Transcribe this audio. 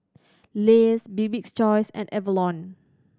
Lays Bibik's Choice and Avalon